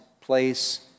place